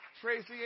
Tracy